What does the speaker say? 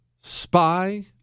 spy